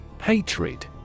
Hatred